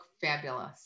fabulous